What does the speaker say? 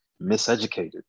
Miseducated